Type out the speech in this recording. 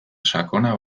sakona